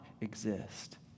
exist